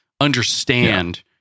understand